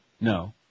No